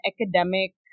academic